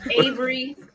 Avery